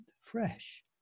fresh